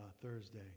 Thursday